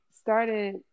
started